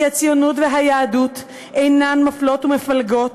כי הציונות והיהדות אינן מפלות ומפלגות